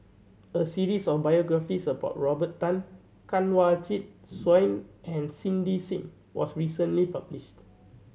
a series of biographies about Robert Tan Kanwaljit Soin and Cindy Sim was recently published